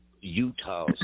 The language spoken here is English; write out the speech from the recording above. Utah